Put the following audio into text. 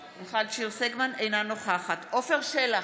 סגמן, אינה נוכחת עפר שלח,